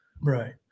Right